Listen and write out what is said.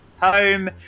home